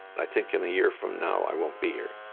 i think in a year from now, i won't be here.